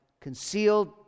concealed